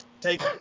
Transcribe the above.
take